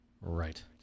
Right